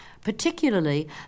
particularly